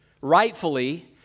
rightfully